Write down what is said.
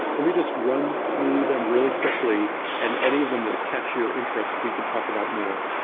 let me just run through them really quickly and any of them that catch your interest, we could talk about more.